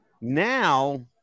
Now